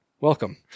Welcome